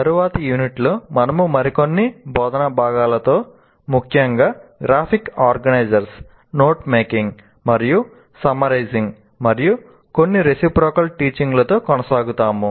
తరువాతి యూనిట్లో మనము మరికొన్ని బోధనా భాగాలతో ముఖ్యంగా గ్రాఫిక్ ఆర్గనైజర్లు లతో కొనసాగుతాము